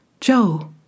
Joe